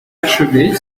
achevés